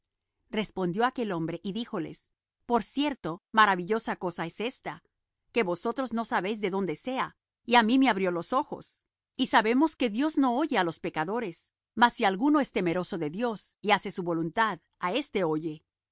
respondió aquel hombre y díjoles por cierto maravillosa cosa es ésta que vosotros no sabéis de dónde sea y á mí me abrió los ojos y sabemos que dios no oye á los pecadores mas si alguno es temeroso de dios y hace su voluntad á éste oye